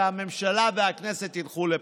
והממשלה והכנסת ילכו לבחירות.